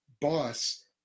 boss